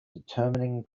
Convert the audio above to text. determining